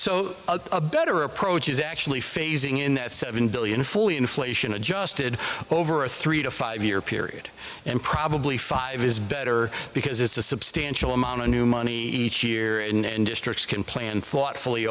so a better approach is actually phasing in that seven billion fully inflation adjusted over a three to five year period and probably five is better because it's a substantial amount of new money each year and districts can plan thoughtfully